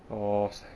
oh